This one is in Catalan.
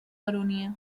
baronia